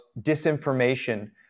disinformation